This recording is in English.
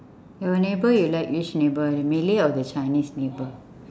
your neighbour you like which neighbour the malay or the chinese neighbour